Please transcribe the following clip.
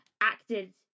acted